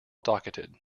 docketed